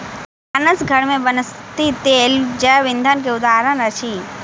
भानस घर में वनस्पति तेल जैव ईंधन के उदाहरण अछि